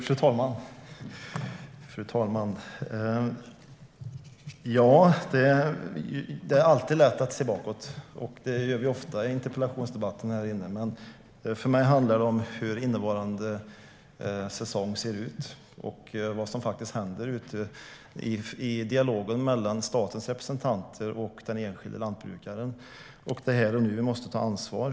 Fru talman! Det är alltid lätt att se bakåt, och det gör vi ofta i interpellationsdebatterna här. Men för mig handlar det om hur innevarande säsong ser ut och vad som faktiskt händer i dialogen mellan statens representanter och den enskilde lantbrukaren. Det är här och nu vi måste ta ansvar.